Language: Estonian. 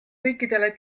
kõikidele